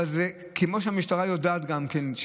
אבל כמו שהמשטרה יודעת גם כן,